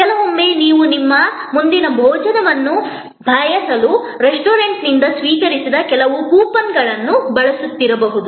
ಕೆಲವೊಮ್ಮೆ ನೀವು ನಿಮ್ಮ ಮುಂದಿನ ಭೋಜನವನ್ನು ಮಾಡಲು ರೆಸ್ಟೋರೆಂಟ್ನಿಂದ ಸ್ವೀಕರಿಸಿದ ಕೆಲವು ಕೂಪನ್ಗಳನ್ನು ಬಳಸುತ್ತಿರಬಹುದು